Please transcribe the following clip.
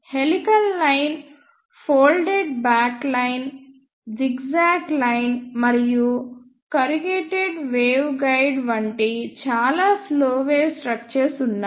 helical line folded back line zigzag లైన్మరియు corrugated waveguide వంటి చాలా స్లో వేవ్ స్ట్రక్చర్స్ ఉన్నాయి